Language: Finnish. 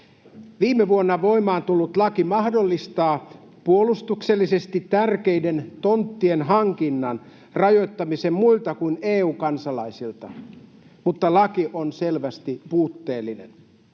Viime vuonna voimaan tullut laki mahdollistaa puolustuksellisesti tärkeiden tonttien hankinnan rajoittamisen muilta kuin EU-kansalaisilta, mutta laki on selvästi puutteellinen.